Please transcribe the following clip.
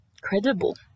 credible